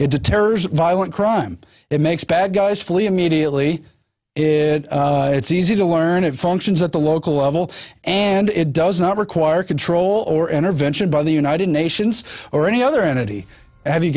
it deters violent crime it makes bad guys flee immediately it's easy to learn it functions at the local level and it does not require control or intervention by the united nations or any other entity have you